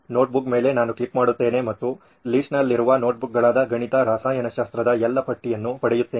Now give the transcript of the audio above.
notebook ಮೇಲೆ ನಾನು click ಮಾಡುತ್ತೇನೆ ಮತ್ತು ಲಿಸ್ಟ್ ನಲ್ಲಿರುವ ನೋಟ್ಬುಕ್ಗಳಾದ ಗಣಿತ ರಸಾಯನಶಾಸ್ತ್ರದ ಎಲ್ಲ ಪಟ್ಟಿಯನ್ನು ಪಡೆಯುತ್ತೇನೆ